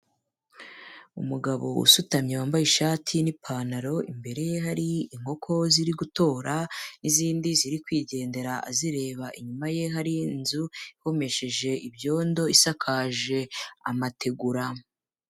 Umugabo usutamye wambaye ishati n'ipantaro, imbere ye hari inkoko ziri gutora n'izindi ziri kwigendera azireba, inyuma ye hari inzu ihomesheje ibyondo, isakaje amategura.